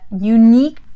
unique